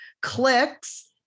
clicks